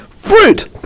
Fruit